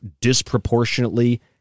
disproportionately